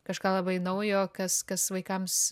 kažką labai naujo kas kas vaikams